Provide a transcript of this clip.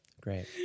Great